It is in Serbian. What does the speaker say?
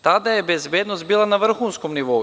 Tada je bezbednost bila na vrhunskom nivou.